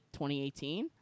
2018